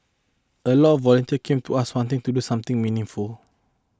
a lot volunteers came to us wanting to do something meaningful